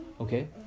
Okay